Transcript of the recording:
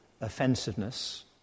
offensiveness